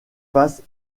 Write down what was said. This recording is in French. face